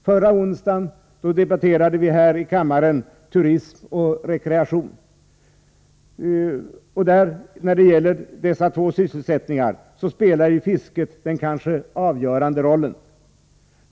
Förra onsdagen debatterade vi här i kammaren turism och rekreation, och när det gäller dessa två områden spelar fisket den kanske avgörande rollen.